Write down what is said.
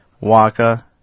Waka